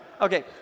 Okay